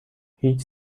هیچ